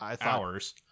hours